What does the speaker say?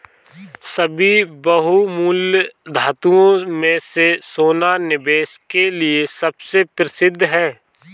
सभी बहुमूल्य धातुओं में से सोना निवेश के लिए सबसे प्रसिद्ध है